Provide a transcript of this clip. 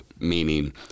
meaning